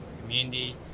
community